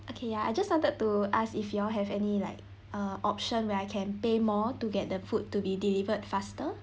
okay ya I just started to ask if you all have any like uh option where I can pay more to get the food to be delivered faster